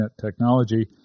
technology